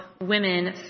women